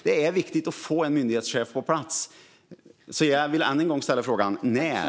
Det är viktigt att få en myndighetschef på plats. Därför vill jag än en gång ställa frågan: När?